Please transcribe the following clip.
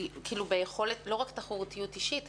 לא רק בתחרותיות אישית,